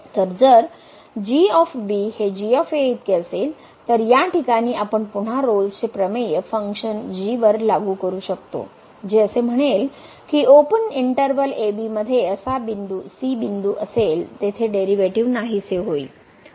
तर जर हे इतके असेल तर या ठिकाणी आपण पुन्हा रोल्सचे प्रमेय फंक्शन वर लागू करू शकतो जे असे म्हणेल की ओपन इंटर्वल ab मध्ये असा c बिंदू असेल तेथे डेरीवेटीव नाहीसे होईल